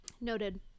noted